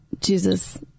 Jesus